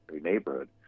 neighborhood